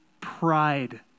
pride